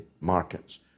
markets